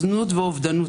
זנות ואובדנות.